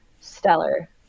stellar